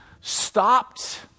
stopped